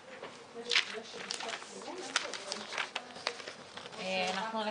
14:45.